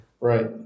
Right